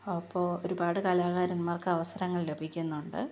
അപ്പോൾ ഒരുപാട് കലാകാരന്മാര്ക്ക് അവസരങ്ങള് ലഭിക്കുന്നുണ്ട്